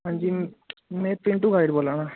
हांजी में पिंटू गाइड बोल्ला ना